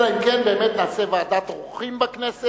אלא אם כן, באמת, נעשה ועדת עורכים בכנסת,